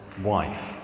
wife